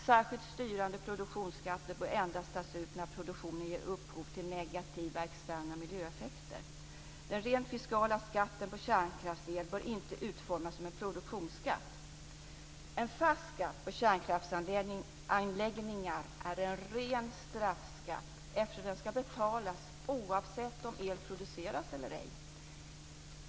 Särskilt styrande produktionsskatter bör endast tas ut när produktionen ger upphov till negativa externa miljöeffekter. Den rent fiskala skatten på kärnkraftsel bör inte utformas som en produktionsskatt. En fast skatt på kärnkraftsanläggningar är en ren straffskatt, eftersom den ska betalas oavsett om el produceras eller ej.